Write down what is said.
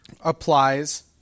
applies